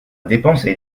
dépensé